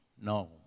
No